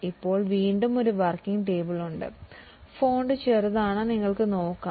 ഇപ്പോൾ വീണ്ടും ഒരു വർക്കിംഗ് ടേബിൾ ഉണ്ട് ഫോണ്ട് ചെറുതാണ് പക്ഷേ നിങ്ങൾക്ക് ഒന്ന് നോക്കാം